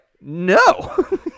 no